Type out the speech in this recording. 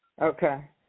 Okay